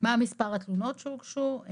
מה מספר התלונות שהוגשו,